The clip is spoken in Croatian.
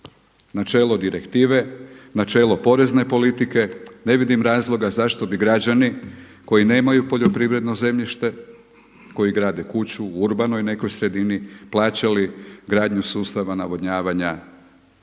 Načelo direktive, načelo porezne politike. Ne vidim razloga zašto bi građani koji nemaju poljoprivredno zemljište, koji grade kuću u urbanoj nekoj sredini plaćali gradnju sustava navodnjavanja